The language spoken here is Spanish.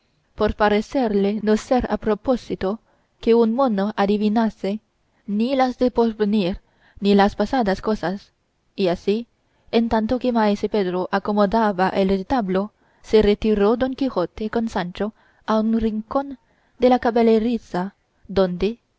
por parecerle no ser a propósito que un mono adivinase ni las de por venir ni las pasadas cosas y así en tanto que maese pedro acomodaba el retablo se retiró don quijote con sancho a un rincón de la caballeriza donde